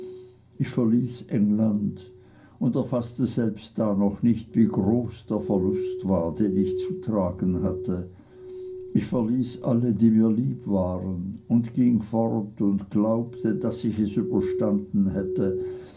ich verließ england und erfaßte selbst da noch nicht wie groß der verlust war den ich zu tragen hatte ich verließ alle die mir lieb waren und ging fort und glaubte daß ich es überstanden hätte